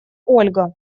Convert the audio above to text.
ольга